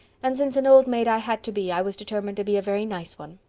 and since an old maid i had to be i was determined to be a very nice one.